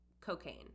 cocaine